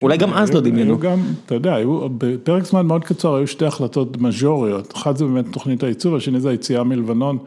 ‫אולי גם אז לא דמיינו. ‫-היו גם, אתה יודע, ‫היו, בפרק זמן מאוד קצר, ‫היו שתי החלטות מז'וריות. ‫אחת זה באמת תוכנית הייצוב, ‫השני זה היציאה מלבנון.